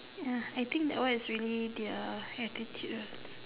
ya I think that one is really their attitude ah